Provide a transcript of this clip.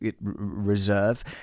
reserve